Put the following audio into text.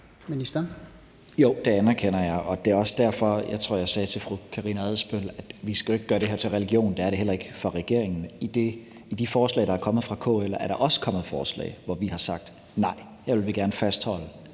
Tesfaye): Jo, det anerkender jeg, og det er også derfor – jeg tror, at jeg sagde det til fru Karina Adsbøl – at vi jo ikke skal gøre det her til religion. Det er det heller ikke for regeringen. I de forslag, der er kommet fra KL, er der også kommet forslag, hvor vi har sagt, at nej, her vil vi gerne fastholde